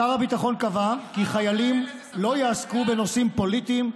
שר הביטחון קבע כי חיילים לא יעסקו בנושאים פוליטיים.